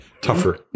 tougher